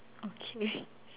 okay